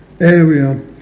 area